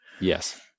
Yes